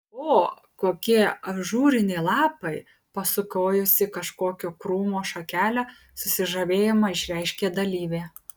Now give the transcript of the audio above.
o kokie ažūriniai lapai pasukiojusi kažkokio krūmo šakelę susižavėjimą išreiškė dalyvė